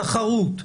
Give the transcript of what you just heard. תחרות,